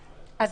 תלמידים.